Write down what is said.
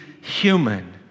human